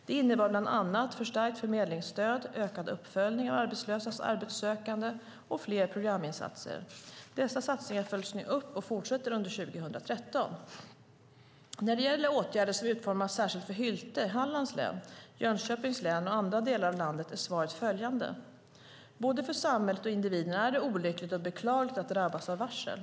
Det innebar bland annat förstärkt förmedlingsstöd, ökad uppföljning av arbetslösas arbetssökande och fler programinsatser. Dessa satsningar följs nu upp och fortsätter under 2013. När det gäller åtgärder som utformas särskilt för Hylte, Hallands län, Jönköpings län och andra delar av landet är svaret följande: Både för samhället och individen är det olyckligt och beklagligt att drabbas av varsel.